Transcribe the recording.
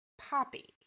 Poppy